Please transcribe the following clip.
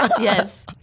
Yes